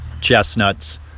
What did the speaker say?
chestnuts